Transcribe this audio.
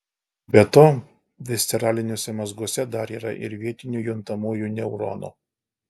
be to visceraliniuose mazguose dar yra ir vietinių juntamųjų neuronų